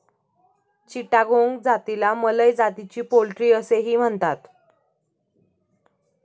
चिटागोंग जातीला मलय जातीची पोल्ट्री असेही म्हणतात